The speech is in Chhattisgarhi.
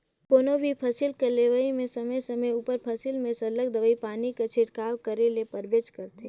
कोनो भी फसिल कर लेवई में समे समे उपर फसिल में सरलग दवई पानी कर छिड़काव करे ले परबेच करथे